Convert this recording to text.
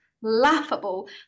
laughable